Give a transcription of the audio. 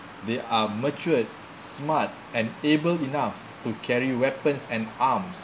they are matured smart and able enough to carry weapons and arms